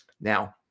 Now